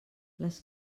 les